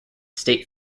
state